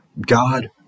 God